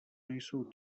nejsou